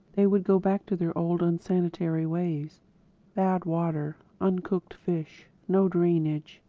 they would go back to their old unsanitary ways bad water, uncooked fish, no drainage,